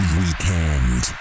weekend